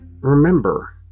remember